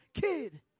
kid